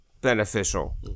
Beneficial